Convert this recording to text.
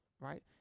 right